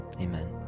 amen